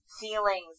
feelings